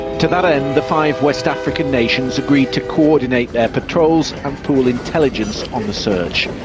to that end, the five west african nations agreed to coordinate their patrols and pool intelligence on the search.